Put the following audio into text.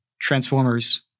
transformers